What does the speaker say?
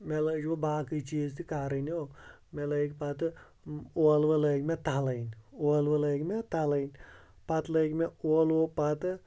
مےٚ لٲج وۄنۍ باقٕے چیٖز تہِ کَرٕنۍ یو مےٚ لٲگۍ پَتہٕ ٲلوٕ لٲگۍ مےٚ تَلٕنۍ ٲلوٕ لٲگۍ مےٚ تَلٕنۍ پَتہٕ لٲگۍ مےٚ ٲلوٕ پَتہٕ